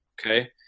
Okay